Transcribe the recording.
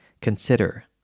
Consider